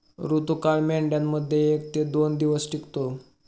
ऋतुकाळ मेंढ्यांमध्ये एक ते दोन दिवस टिकतो